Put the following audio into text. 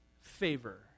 favor